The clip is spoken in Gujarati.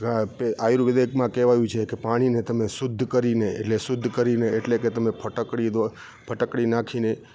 આયુર્વેદીકમાં કહેવાયું છે કે પાણીને તમે શુદ્ધ કરીને એટલે શુદ્ધ કરીને એટલે કે તમે ફટકડી ફટકડી નાખીને